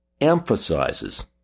emphasizes